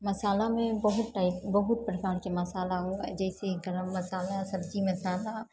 मशालामे बहुत टाइप बहुत प्रकारके मशाला हुअऽ है जैसे गरम मशाला सब्जी मशाला